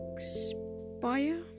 Expire